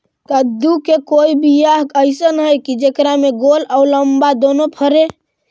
कददु के कोइ बियाह अइसन है कि जेकरा में गोल औ लमबा दोनो फरे?